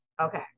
Okay